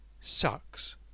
sucks